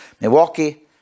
Milwaukee